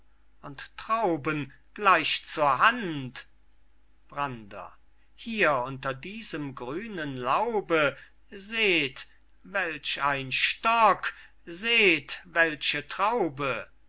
und trauben gleich zur hand brander hier unter diesem grünen laube seht welch ein stock seht welche traube